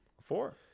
Four